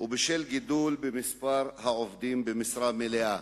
ובשל גידול במספר העובדים במשרה מלאה.